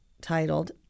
titled